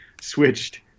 switched